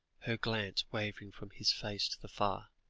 her glance wavering from his face to the fire.